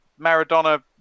Maradona